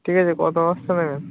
ঠিক আছে কত বস্তা নেবেন